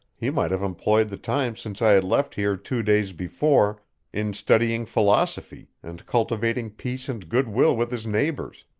he might have employed the time since i had left here two days before in studying philosophy and cultivating peace and good-will with his neighbors.